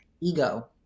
ego